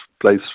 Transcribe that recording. place